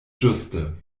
ĝuste